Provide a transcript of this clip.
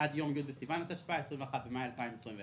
עד יום י' בסיוון התשפ"א (21 במאי 2021);